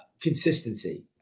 consistency